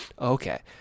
okay